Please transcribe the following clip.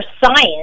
science